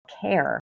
care